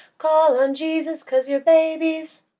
call on jesus cause your baby's.